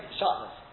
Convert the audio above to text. sharpness